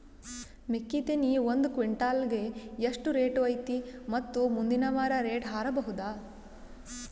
ಮೆಕ್ಕಿ ತೆನಿ ಒಂದು ಕ್ವಿಂಟಾಲ್ ಗೆ ಎಷ್ಟು ರೇಟು ಐತಿ ಮತ್ತು ಮುಂದಿನ ವಾರ ರೇಟ್ ಹಾರಬಹುದ?